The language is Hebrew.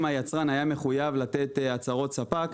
אם היצרן היה מחויב לתת הצהרות ספק,